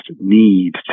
need